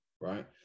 right